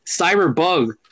Cyberbug